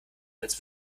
als